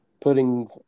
putting